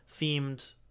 themed